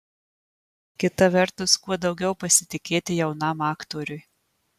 kita vertus kuo daugiau pasitikėti jaunam aktoriui